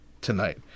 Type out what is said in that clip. tonight